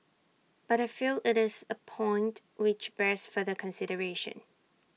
but I feel IT is A point which bears further consideration